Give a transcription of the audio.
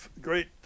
great